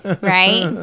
right